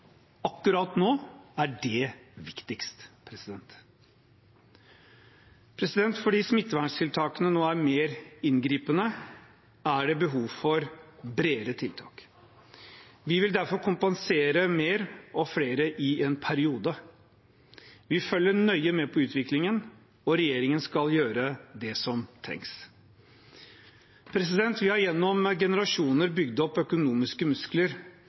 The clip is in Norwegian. Akkurat nå er det viktigst. Fordi smitteverntiltakene nå er mer inngripende, er det behov for bredere tiltak. Vi vil derfor kompensere mer og flere i en periode. Vi følger nøye med på utviklingen, og regjeringen skal gjøre det som trengs. Vi har gjennom generasjoner bygd opp økonomiske muskler